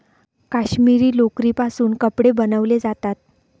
काश्मिरी लोकरीपासून कपडे बनवले जातात